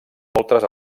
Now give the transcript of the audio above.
moltes